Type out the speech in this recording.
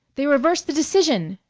they reversed the decision!